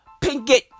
Pinkett